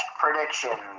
prediction